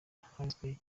hashyizweho